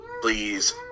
Please